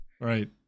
right